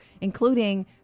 including